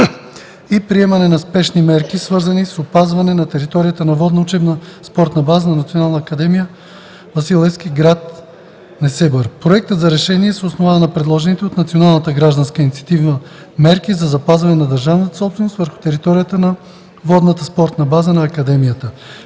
и приемане на спешни мерки, свързани с опазване на територията на Водна учебна спортна база на Националната спортна академия „Васил Левски” – град Несебър. Проектът за решение се основава на предложените от Национална гражданска инициатива мерки за запазване на държавната собственост върху територията на Водна учебна спортна база на Академията.